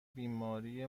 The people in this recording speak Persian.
بیماری